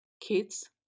kids